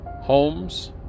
homes